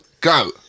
Go